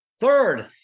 Third